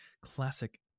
Classic